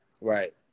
Right